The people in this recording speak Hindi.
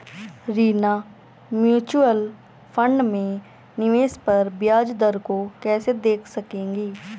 रीना म्यूचुअल फंड में निवेश पर ब्याज दर को कैसे देख सकेगी?